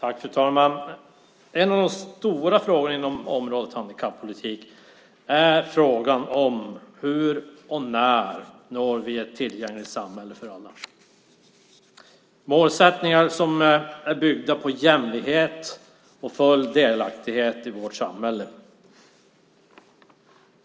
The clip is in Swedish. Fru talman! En av de stora frågorna inom området handikappolitik är hur och när vi når ett tillgängligt samhälle för alla. Det behövs målsättningar som är byggda på jämlikhet och full delaktighet i vårt samhälle.